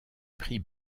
prix